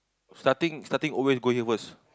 starting starting always go here first